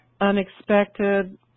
unexpected